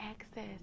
access